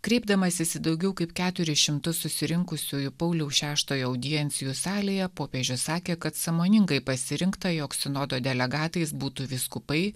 kreipdamasis į daugiau kaip keturis šimtus susirinkusiųjų pauliaus šeštojo audiencijų salėje popiežius sakė kad sąmoningai pasirinkta jog sinodo delegatais būtų vyskupai